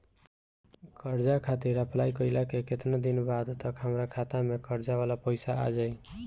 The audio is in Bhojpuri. कर्जा खातिर अप्लाई कईला के केतना दिन बाद तक हमरा खाता मे कर्जा वाला पैसा आ जायी?